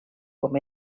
com